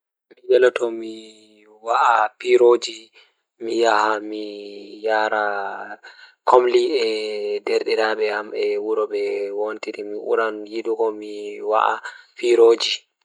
Mi yeloto to So tawii miɗo waɗa jaɓde kala toɓɓere ngal ɗiɗi, mi waɗataa jaɓde fowrude, ndee toɓɓere ɗuum o waɗataa heɓa miɗo njaɓɓude e heewondirde yimɓe ɗiɗi kala ɓuri njam. Fowrude ina ɗenndaa miɗo waɗude nguurndam ngal fowru e yimɓe ngal heɓugol ngam njam.